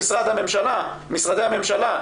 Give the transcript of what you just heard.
במשרדי הממשלה,